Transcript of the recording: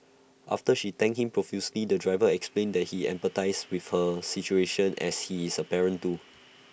after she thanked him profusely the driver explained that he empathised with her situation as he is A parent too